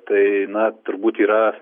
tai na turbūt yra